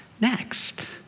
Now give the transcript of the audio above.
next